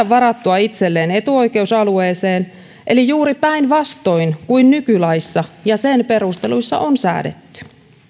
varattua itselleen etuoikeus alueeseen eli juuri päinvastoin kuin nykylaissa ja sen perusteluissa on säädetty